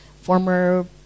former